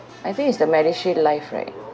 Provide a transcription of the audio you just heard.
I think it's the MediShield life right